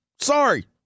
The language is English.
Sorry